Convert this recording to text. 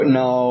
no